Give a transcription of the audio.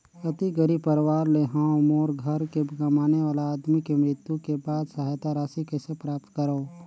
अति गरीब परवार ले हवं मोर घर के कमाने वाला आदमी के मृत्यु के बाद सहायता राशि कइसे प्राप्त करव?